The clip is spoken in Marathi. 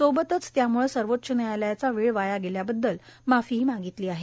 सोबतच यामुळं सर्वोच्च न्यायालयाचा वेळ वाया गेल्याबद्दल माफीही मागितली आहे